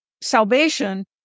salvation